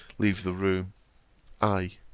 leave the room i,